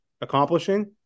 accomplishing